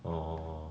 orh